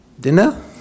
dinner